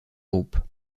groupe